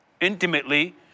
intimately